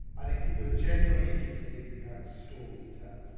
i think people are genuinely interested if you have a story to tell.